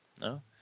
No